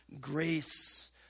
grace